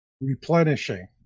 replenishing